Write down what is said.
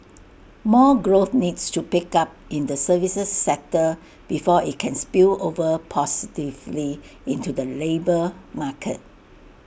more growth needs to pick up in the services sector before IT can spill over positively into the labour market